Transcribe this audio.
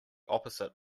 opposite